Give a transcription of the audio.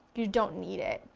you don't need it,